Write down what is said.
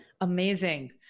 Amazing